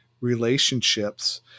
relationships